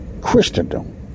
christendom